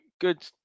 good